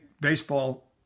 baseball